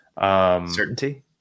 certainty